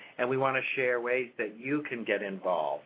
and we want to share ways that you can get involved